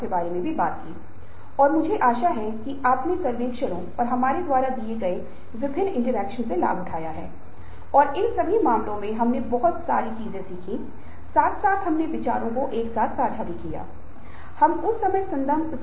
तो इसलिए व्यक्ति की प्रेरणा समय समय पर बदलती है और लोगों की प्रेरणा इस चारित्रिक दृष्टिकोण से परे है यह विचार से आता है तुम गधे के सामने गाजर दिखाओ और उसे छड़ी से पीछे मारो गधा हिल जाएगा